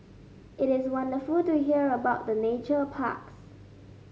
it is wonderful to hear about the nature parks